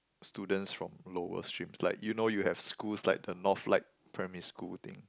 students from lower streams like you know you have schools like the Northlight primary school thing